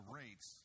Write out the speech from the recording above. rates